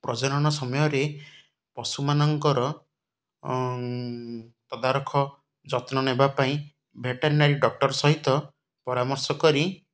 ପ୍ରଜନନ ସମୟରେ ପଶୁମାନଙ୍କର ତଦାରଖ ଯତ୍ନ ନେବା ପାଇଁ ଭେଟେନାରୀ ଡକ୍ଟର୍ ସହିତ ପରାମର୍ଶ କରି